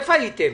איפה הייתם?